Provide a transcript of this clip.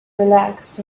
relaxed